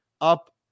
up